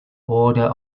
order